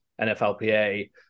NFLPA